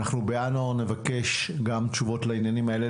אנחנו בינואר נבקש גם תשובות לעניינים האלה.